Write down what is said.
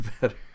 better